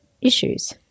issues